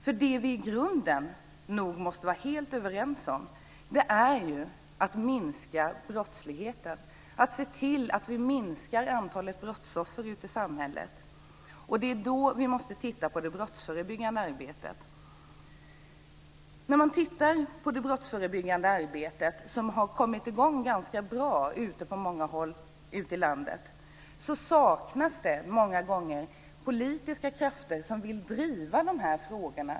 Det som vi i grunden nog måste vara helt överens om är ju att minska brottsligheten och att se till att vi minskar antalet brottsoffer ute i samhället. Det är då vi måste titta på det brottsförebyggande arbetet. När det gäller det brottsförebyggande arbetet, som har kommit i gång ganska bra på många håll ute i landet, saknas det många gånger politiska krafter som vill driva dessa frågor.